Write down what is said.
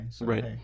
Right